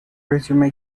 resume